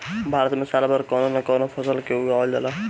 भारत में साल भर कवनो न कवनो फसल के उगावल जाला